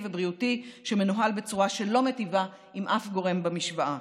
ובריאותי שמנוהל בצורה שלא מיטיבה עם אף גורם במשוואה.